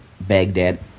Baghdad